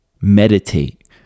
meditate